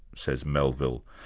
says melville,